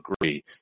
agree